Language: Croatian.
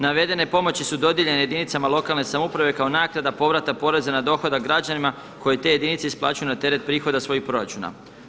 Navedene pomoći su dodijeljene jedinicama lokalne samouprave kao naknada povrata poreza na dohodak građanima koje te jedinice isplaćuju na teret prihoda svojih proračuna.